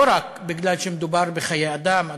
לא רק כי מדובר בחיי אדם,